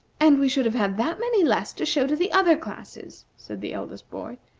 and we should have had that many less to show to the other classes, said the eldest boy.